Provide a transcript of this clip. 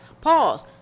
Pause